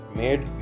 made